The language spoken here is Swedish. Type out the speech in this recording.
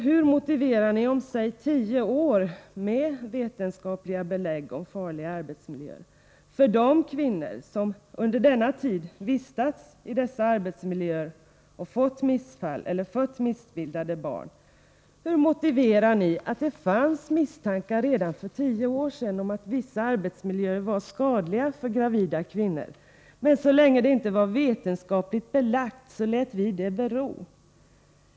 Hur motiverar ni det om säg tio år, då man troligen fått vetenskapliga belägg om farligheten hos denna arbetsmiljö, för de kvinnor som under denna tid vistats i dessa arbetsmiljöer och fått missfall eller fött missbildade barn? Hur motiverar ni att det fanns misstankar redan för tio år sen om att vissa arbetsmiljöer var skadliga för gravida kvinnor, men så länge det inte fanns vetenskapliga belägg lät ni det bero?